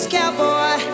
Cowboy